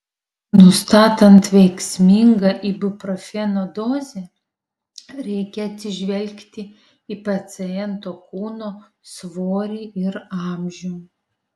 nustatant veiksmingą ibuprofeno dozę reikia atsižvelgti į paciento kūno svorį ir amžių